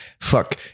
Fuck